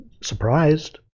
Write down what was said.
Surprised